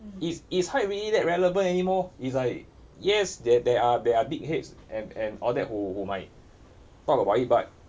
is is height really that relevant anymore it's like yes there are there are big heads and and all that who who might talk about it but